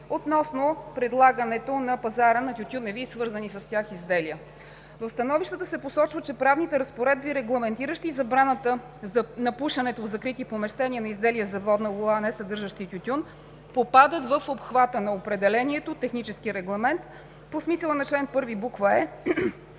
относно предлагането на пазара на тютюневи и свързани с тях изделия. В становищата се посочва, че правните разпоредби, регламентиращи забраната на пушенето в закрити помещения на изделия за водна лула, несъдържащи тютюн, попадат в обхвата на определението „технически регламент“ по смисъла на чл. 1, буква „е“